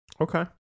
Okay